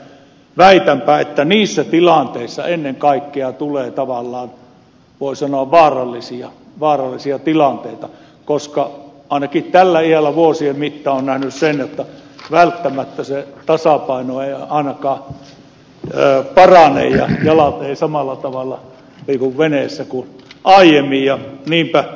väitänpä että niissä tilanteissa ennen kaikkea tulee tavallaan voi sanoa vaarallisia tilanteita koska ainakin tällä iällä vuosien mittaan on nähnyt sen että välttämättä se tasapaino ei ainakaan parane ja jalat eivät samalla tavalla liiku veneessä kuin aiemmin